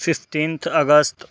fifteenth August